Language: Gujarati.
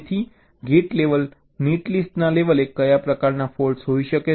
તેથી ગેટ લેવલ નેટલિસ્ટ ના લેવલે કયા પ્રકારના ફૉલ્ટ્સ હોઈ શકે છે